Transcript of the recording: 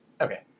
Okay